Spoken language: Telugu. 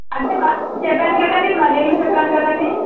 అంటే చెప్పాను కదండీ మల్లెలు మీకు చెప్పాను కదండీ